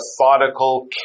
methodical